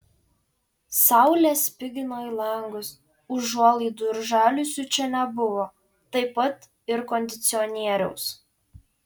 saulė spigino į langus užuolaidų ir žaliuzių čia nebuvo taip pat ir kondicionieriaus